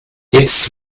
jetzt